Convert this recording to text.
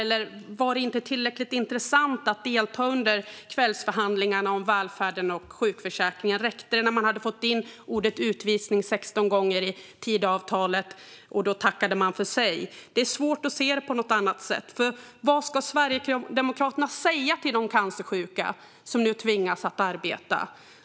Var det inte tillräckligt intressant att delta under kvällsförhandlingarna om välfärden och sjukförsäkringen? Tackade man för sig när man hade fått in ordet utvisning 16 gånger i Tidöavtalet? Det är svårt att se det på något annat sätt. Vad ska Sverigedemokraterna säga till de cancersjuka som nu tvingas att arbeta?